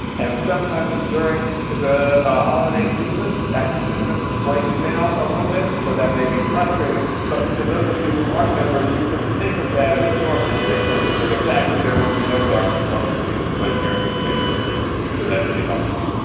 and sometimes during the holiday season, that system breaks down a little bit. so that may be frustrating. but to those of you who aren't members, you can think of that as your commitment to the fact that there will be no garbage posts in the slate parenting facebook group. so that's the upside.